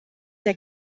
der